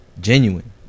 genuine